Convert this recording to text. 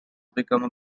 become